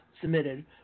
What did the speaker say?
submitted